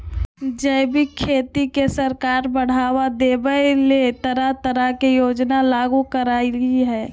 जैविक खेती के सरकार बढ़ाबा देबय ले तरह तरह के योजना लागू करई हई